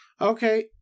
Okay